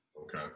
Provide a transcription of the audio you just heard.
Okay